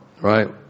right